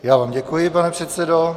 Já vám děkuji, pane předsedo.